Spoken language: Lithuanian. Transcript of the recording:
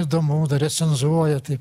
įdomu dar recenzuoja taip